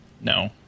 No